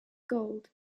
gold